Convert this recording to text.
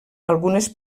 algunes